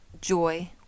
joy